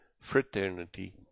fraternity